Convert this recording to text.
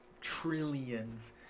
Trillions